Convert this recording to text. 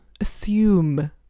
assume